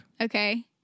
Okay